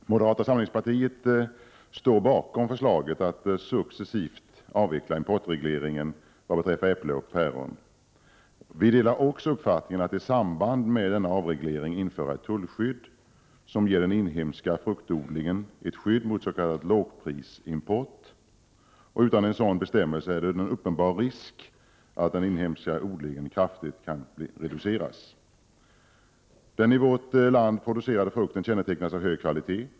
Herr talman! Moderata samlingspartiet står bakom förslaget att successivt avveckla importregleringen vad beträffar äpplen och päron. Vi delar också uppfattningen att vi i samband med denna avreglering skall införa tullar som ger den inhemska fruktodlingen ett skydd mot s.k. lågprisimport. Utan en sådan bestämmelse föreligger uppenbar risk för att den inhemska odlingen kraftigt reduceras. Den i vårt land producerade frukten kännetecknas av hög kvalitet.